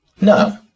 No